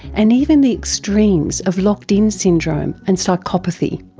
and even the extremes of locked-in syndrome and psychopathy.